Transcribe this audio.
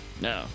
No